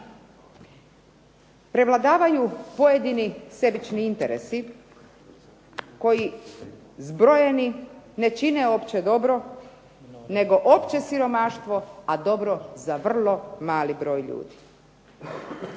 Prevladavaju pojedini sebični interesi, koji zbrojeni ne čine opće dobro, nego opće siromaštvo a dobro za vrlo mali broj ljudi.